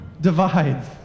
divides